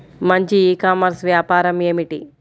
మంచి e commerce వ్యాపారం ఏమిటీ?